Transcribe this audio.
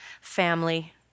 family